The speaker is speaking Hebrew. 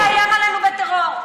אל תאיים עלינו בטרור.